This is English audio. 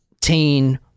teen